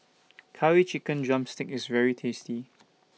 Curry Chicken Drumstick IS very tasty